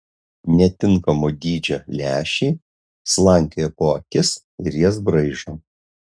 netinkamo dydžio lęšiai slankioja po akis ir jas braižo